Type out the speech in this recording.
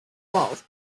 walls